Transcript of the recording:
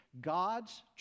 God's